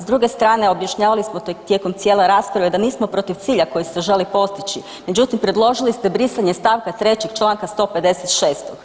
S druge strane, objašnjavali smo tijekom cijele rasprave da nismo protiv cilja koji se želi postići međutim predložili ste brisanje stavka 3. čl. 156.